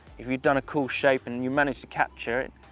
if you've done a cool shape and you manage to capture it,